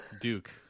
Duke